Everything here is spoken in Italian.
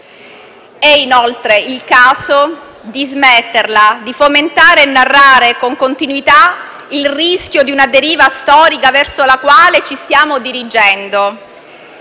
È inoltre il caso di smetterla di fomentare e narrare con continuità il rischio di una deriva storica verso la quale ci stiamo dirigendo.